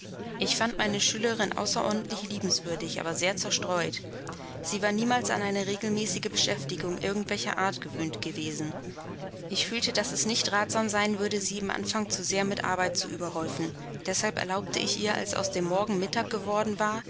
ich fand meine schülerin außerordentlich liebenswürdig aber sehr zerstreut sie war niemals an eine regelmäßige beschäftigung irgend welcher art gewöhnt gewesen ich fühlte daß es nicht ratsam sein würde sie im anfang zu sehr mit arbeit zu überhäufen deshalb erlaubte ich ihr als aus dem morgen mittag geworden war